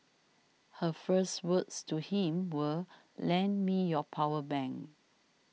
her first words to him were lend me your power bank